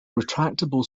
retractable